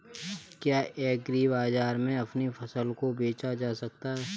क्या एग्रीबाजार में अपनी फसल को बेचा जा सकता है?